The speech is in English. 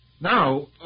Now